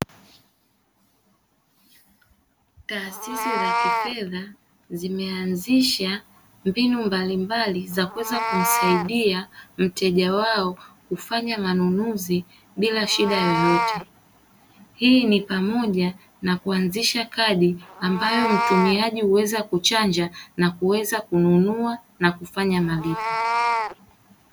Taasisi za kifedha zimeanzisha mbinu mbalimbali za kuweza kumsaidia mteja wao kufanya manunuzi bila shida yoyote. Hii ni pamoja na kuanzisha kadi ambayo mtumiaji huweza kuchanja na kuweza kununua na kufanya malipo.